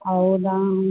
ಹೌದಾ